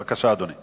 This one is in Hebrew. בבקשה, אדוני.